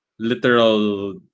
literal